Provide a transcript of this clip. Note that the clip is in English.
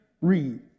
Read